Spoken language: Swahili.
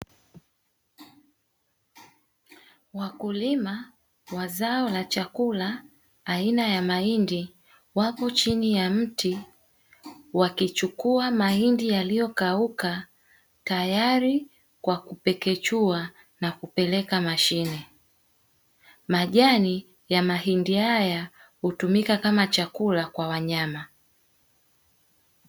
Wakulima wa zao la chakula aina ya mahindi wapo chini ya mti wakichukua mahindi yaliyo kauka, tayari kwa kupekechua na kupeleka mashine. Majani ya mahindi haya hutumika kama chakula kwa wanyama.